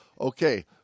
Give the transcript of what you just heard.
okay